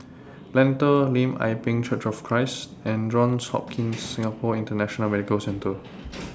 Lentor Lim Ah Pin Church of Christ and Johns Hopkins Singapore International Medical Centre